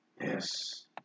Yes